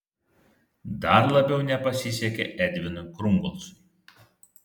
dar labiau nepasisekė edvinui krungolcui